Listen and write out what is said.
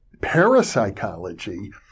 parapsychology